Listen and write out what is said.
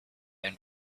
and